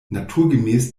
naturgemäß